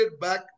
back